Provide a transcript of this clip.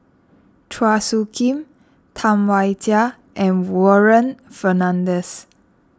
Chua Soo Khim Tam Wai Jia and Warren Fernandez